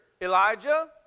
Elijah